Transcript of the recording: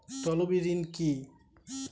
তলবি ঋণ কি?